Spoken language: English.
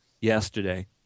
yesterday